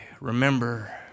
remember